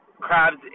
crabs